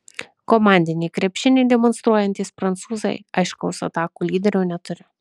komandinį krepšinį demonstruojantys prancūzai aiškaus atakų lyderio neturi